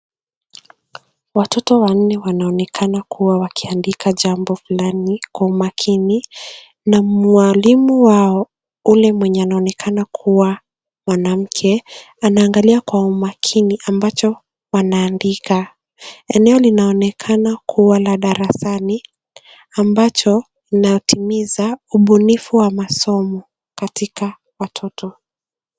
Watoto wanne wanaonekana kuwa wakiandika jambo fulani kwa umakini na mwalimu wao , ule mwenye anaonekana kuwa mwanamke, anaangalia kwa umakini ambacho wanaandika. Eneo linaonekana kuwa la darasani, ambacho linatimiza ubunifu wa masomo katika watoto.